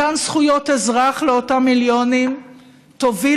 מתן זכויות אזרח לאותם מיליונים יוביל